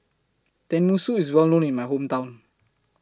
Tenmusu IS Well known in My Hometown